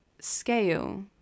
scale